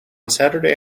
saturday